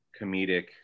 comedic